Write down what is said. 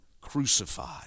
crucified